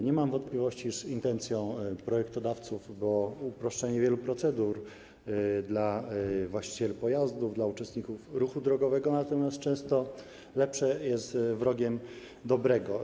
Nie mam wątpliwości, iż intencją projektodawców było uproszczenie wielu procedur dla właścicieli pojazdów, dla uczestników ruchu drogowego, natomiast często lepsze jest wrogiem dobrego.